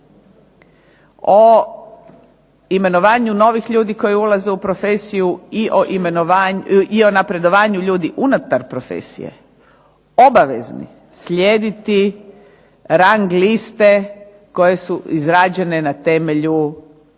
o imenovanju novih ljudi koji ulaze u profesiju i o napredovanju ljudi unutar profesije obavezni slijediti rang liste koje su izrađene na temelju